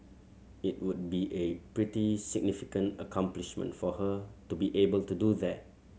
it would be a pretty significant accomplishment for her to be able to do that